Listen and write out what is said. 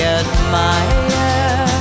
admire